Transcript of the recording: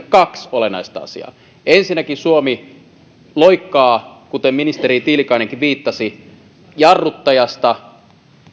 kaksi olennaista asiaa ensinnäkin suomi loikkaa kuten ministeri tiilikainenkin viittasi jarruttajasta